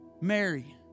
Mary